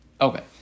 Okay